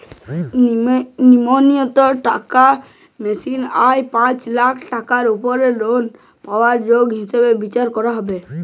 ন্যুনতম কত টাকা মাসিক আয় হলে পাঁচ লক্ষ টাকার উপর লোন পাওয়ার যোগ্য হিসেবে বিচার করা হবে?